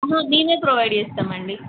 మేమే ప్రోవైడ్ చేస్తామండి